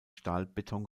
stahlbeton